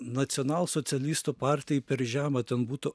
nacionalsocialistų partijai per žema ten būtų